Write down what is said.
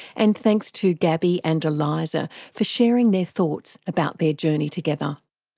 and thanks to gabby and eliza for sharing their thoughts about their journey together.